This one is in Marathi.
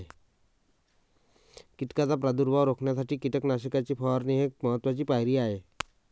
कीटकांचा प्रादुर्भाव रोखण्यासाठी कीटकनाशकांची फवारणी ही एक महत्त्वाची पायरी आहे